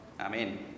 Amen